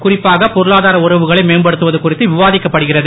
குறிப்பாக பொருளாதார உறவுகளை மேம்படுத்துவது குறித்து விவாதிக்கப்படுகிறது